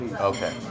Okay